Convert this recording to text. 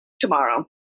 tomorrow